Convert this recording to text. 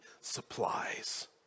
supplies